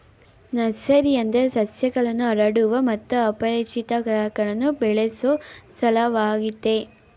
nursery ಅಂದ್ರೆ ಸಸ್ಯಗಳನ್ನು ಹರಡುವ ಮತ್ತು ಅಪೇಕ್ಷಿತ ಗಾತ್ರಕ್ಕೆ ಬೆಳೆಸೊ ಸ್ಥಳವಾಗಯ್ತೆ